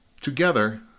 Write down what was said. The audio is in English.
Together